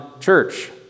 church